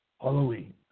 Halloween